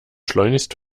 schleunigst